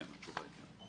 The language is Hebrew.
זאת אמירה כללית.